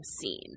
scene